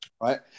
Right